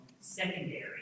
secondary